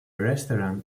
restaurant